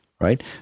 right